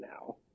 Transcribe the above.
now